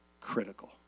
critical